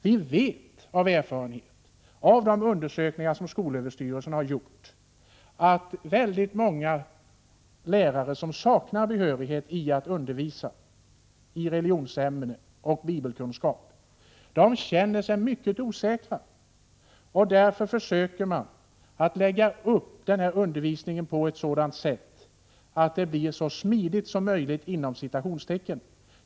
Vi vet av erfarenhet, av de undersökningar som skolöverstyrelsen har gjort, att många lärare som saknar behörighet i att undervisa i religionsämnen och bibelkunskap känner sig mycket osäkra. Därför försöker man att lägga upp denna undervisning på ett sådant sätt att den blir så ”smidig” som möjligt.